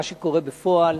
מה שקורה בפועל,